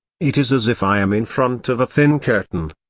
it is as if i am in front of a thin curtain,